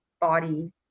body